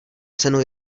cenu